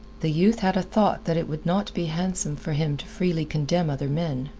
the youth had a thought that it would not be handsome for him to freely condemn other men.